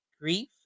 grief